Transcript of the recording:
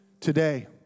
Today